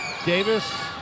Davis